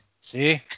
See